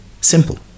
Simple